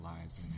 lives